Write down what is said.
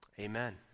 Amen